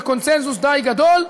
בקונסנזוס די גדול,